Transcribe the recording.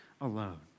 alone